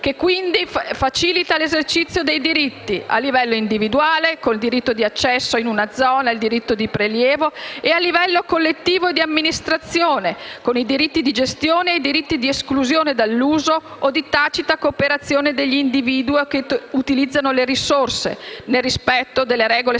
che quindi facilita l'esercizio dei diritti a livello individuale, con il diritto di accesso a una zona e il diritto di prelievo, e a livello collettivo e di amministrazione, con i diritti di gestione ed esclusione dall'uso o di tacita cooperazione degli individui che utilizzano le risorse, nel rispetto delle regole stabilite